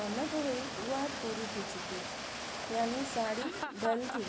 कविता जे रूप में असां माउ जी ममता जो बयानु कयूं था